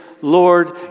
Lord